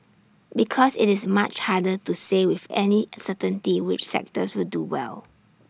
because IT is much harder to say with any certainty which sectors will do well